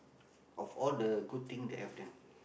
of all the good thing that I've done